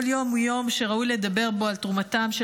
כל יום הוא יום שראוי לדבר בו על תרומתם של